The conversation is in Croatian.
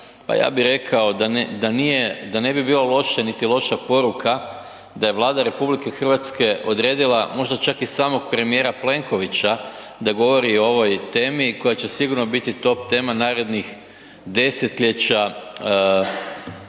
pa ja bi rekao da ne bi bilo loše niti loša poruka da je Vlada RH odredila možda čak i samom premijera Plenkovića da govori o ovoj temi koja će sigurno biti top tema narednih desetljeća